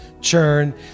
churn